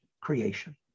creation